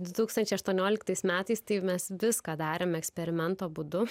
du tūkstančiai aštuonioliktais metais taip mes viską darėme eksperimento būdu